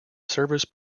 service